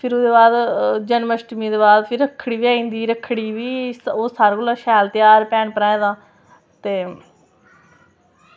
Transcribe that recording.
फिर ओह्दे हबाद जन्माष्टमी दे बाद रक्खड़ी आई जंदी रक्खड़ी बी सारें कोला शैल ध्यार भैन भ्राएं दा ते